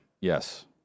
Yes